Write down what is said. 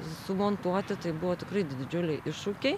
sumontuoti tai buvo tikrai didžiuliai iššūkiai